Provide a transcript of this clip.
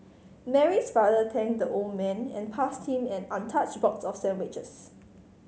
Mary's father thanked the old man and passed him an untouched box of sandwiches